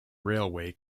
railway